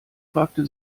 fragte